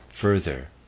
further